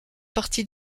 partie